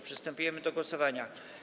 Przystępujemy do głosowania.